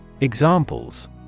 Examples